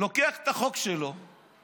לוקח את החוק שלו,